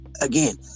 again